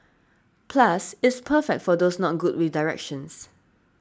plus it's perfect for those not good with directions